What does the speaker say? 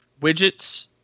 Widgets